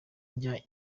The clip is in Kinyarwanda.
njya